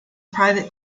private